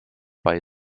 bei